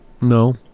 no